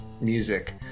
music